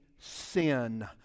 sin